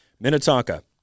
Minnetonka